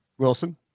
Wilson